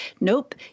nope